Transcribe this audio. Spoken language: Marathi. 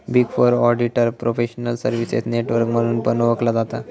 big four auditor professional services network म्हणून पण ओळखला जाता